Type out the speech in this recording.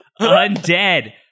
undead